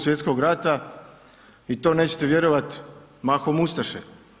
Svj. rata, i to nećete vjerovati, mahom ustaše.